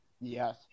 Yes